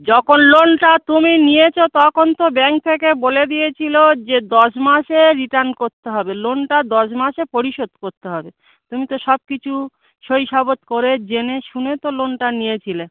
যখন লোনটা তুমি নিয়েছো তখন তো ব্যাংক থেকে বলে দিয়েছিলো যে দশ মাসে রিটার্ন করতে হবে লোনটা দশ মাসে পরিশোধ করতে হবে তুমি তো সব কিচু সইসাবুত করে জেনে শুনে তো লোনটা নিয়েছিলে